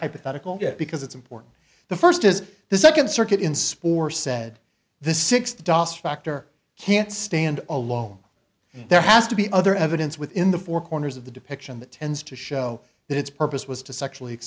hypothetical guess because it's important the first is the second circuit in s'pore said the six dollars factor can't stand along there has to be other evidence within the four corners of the depiction that tends to show its purpose was to sexually